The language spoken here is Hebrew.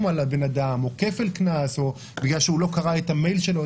על הבן אדם או כפל קנס שהוא לא קרא את המייל שלו,